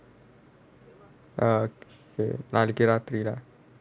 ah oka~ நாளைக்கு ராத்திரி தான்:naalaikku raathiri thaan